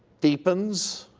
deepens,